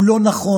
הוא לא נכון.